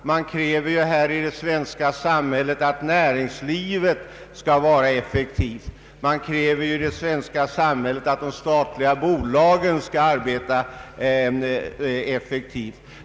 Man kräver ju i det svenska samhället att näringslivet skall vara effektivt. Man kräver att de statliga bolagen skall arbeta effektivt.